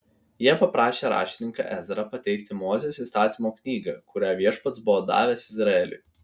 jie paprašė raštininką ezrą pateikti mozės įstatymo knygą kurią viešpats buvo davęs izraeliui